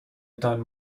تان